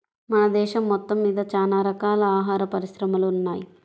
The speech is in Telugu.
మన దేశం మొత్తమ్మీద చానా రకాల ఆహార పరిశ్రమలు ఉన్నయ్